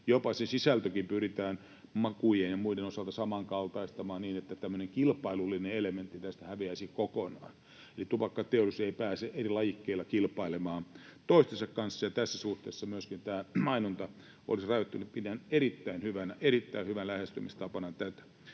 Jopa se sisältökin pyritään makujen ja muiden osalta samankaltaistamaan niin, että tämmöinen kilpailullinen elementti tästä häviäisi kokonaan, eli tupakkateollisuus ei pääse eri lajikkeilla kilpailemaan toistensa kanssa, ja tässä suhteessa myöskin tämä mainonta olisi rajoittunutta. Pidän tätä erittäin, erittäin hyvänä lähestymistapana.